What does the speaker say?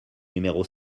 numéro